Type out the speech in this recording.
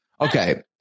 Okay